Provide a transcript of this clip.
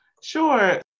Sure